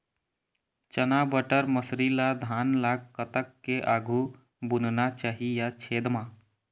चना बटर मसरी ला धान ला कतक के आघु बुनना चाही या छेद मां?